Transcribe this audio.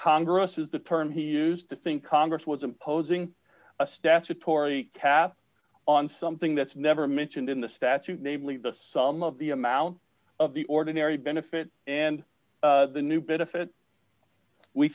congress is the term he used to think congress was imposing a statutory cap on something that's never mentioned in the statute namely the sum of the amount of the ordinary benefit and the new benefit we